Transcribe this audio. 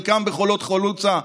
חלקם בחולות חלוצה,